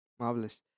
Marvelous